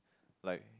like